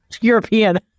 European